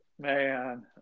Man